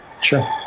Sure